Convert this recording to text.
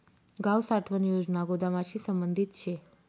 गाव साठवण योजना गोदामशी संबंधित शे